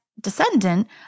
descendant